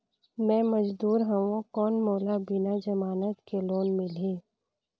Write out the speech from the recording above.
मे मजदूर हवं कौन मोला बिना जमानत के लोन मिलही?